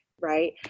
right